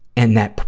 and that,